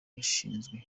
bashinzwe